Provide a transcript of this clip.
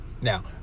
Now